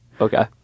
Okay